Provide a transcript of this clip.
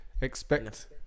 Expect